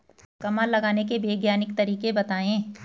कमल लगाने के वैज्ञानिक तरीके बताएं?